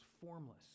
formless